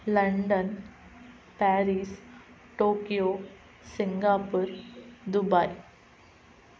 London Paris Tokyo Singapore Dubai